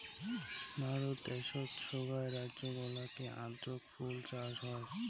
ভারত দ্যাশোত সোগায় রাজ্য গুলাতে আদৌক ফুল চাষ হউ